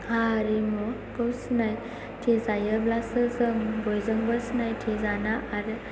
हारिमुखौ सिनायथि जायोब्लासो जों बयजोंबो सिनायथि जाना आरो